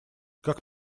как